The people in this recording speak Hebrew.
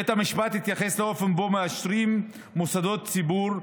בית המשפט התייחס לאופן שבו מאושרים מוסדות ציבור,